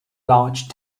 large